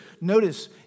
Notice